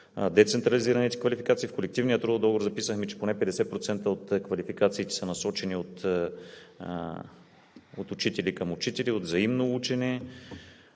децентрализираните квалификации. В колективния трудов договор записахме, че поне 50% от квалификациите са насочени от учители към учители, от взаимно учене.